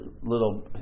little